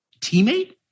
teammate